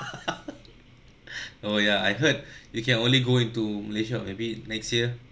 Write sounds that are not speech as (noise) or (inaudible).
(laughs) (breath) oh ya I heard (breath) you can only go into malaysia or maybe next year